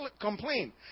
complain